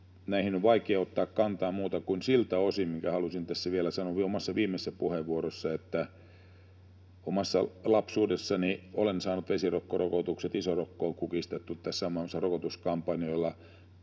Näihin on vaikea ottaa kantaa muuta kuin siltä osin, minkä halusin tässä vielä sanoa omassa viimeisessä puheenvuorossani, että omassa lapsuudessani olen saanut vesirokkorokotukset, isorokko on kukistettu tässä maassa rokotuskampanjoilla.